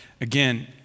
Again